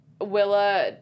Willa